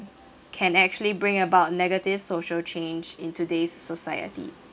can actually bring about negative social change in today's society